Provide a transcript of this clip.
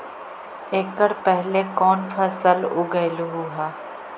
एकड़ पहले कौन फसल उगएलू हा?